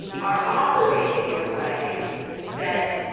are operating in a way that